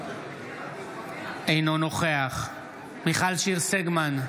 אינו נוכח מיכל שיר סגמן,